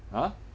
!huh!